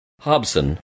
Hobson